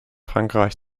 frankreich